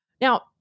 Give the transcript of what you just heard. Now